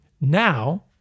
Now